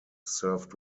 served